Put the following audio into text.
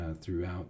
Throughout